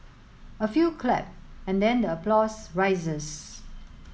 a few clap and then the applause rises